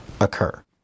occur